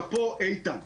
שאפו איתן.